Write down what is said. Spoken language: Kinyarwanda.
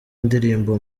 ndirimbo